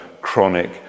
chronic